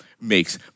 makes